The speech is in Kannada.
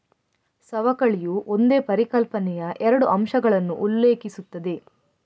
ಸವಕಳಿಯು ಒಂದೇ ಪರಿಕಲ್ಪನೆಯ ಎರಡು ಅಂಶಗಳನ್ನು ಉಲ್ಲೇಖಿಸುತ್ತದೆ